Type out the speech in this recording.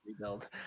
rebuild